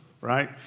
right